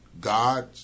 God